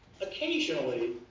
occasionally